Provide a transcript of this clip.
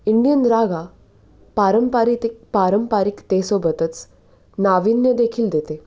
Indian Raga पारंपरितिक पारंपरिकतेसोबतच नाविन्य देखील देते